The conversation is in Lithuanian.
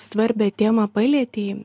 svarbią temą palietei